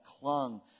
clung